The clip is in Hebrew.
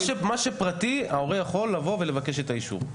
מה שפרטי, ההורה יכול לבוא ולבקש את האישור?